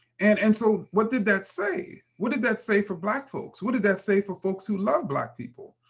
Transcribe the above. and and so what did that say? what did that say for black folks? what did that say for folks who love black people?